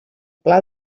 pla